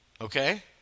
okay